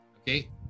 Okay